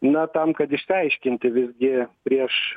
na tam kad išsiaiškinti visgi prieš